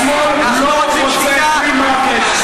השמאל לא רוצה free market.